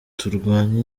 turwanye